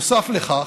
נוסף לכך,